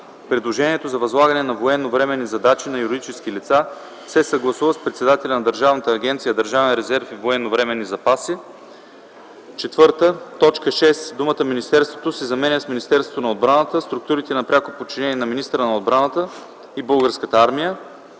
предложението за възлагане на военновременни задачи на юридически лица се съгласува с председателя на Държавна агенция “Държавен резерв и военновременни запаси”; 4. В т. 6 думата „министерството” се заменя с „Министерството на отбраната, структурите на пряко подчинение на министъра на отбраната и Българската армия”.